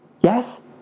Yes